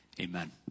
amen